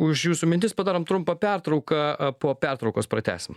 už jūsų mintis padarom trumpą pertrauką po pertraukos pratęsim